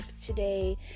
today